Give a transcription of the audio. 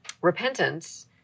Repentance